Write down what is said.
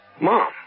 Mom